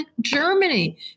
Germany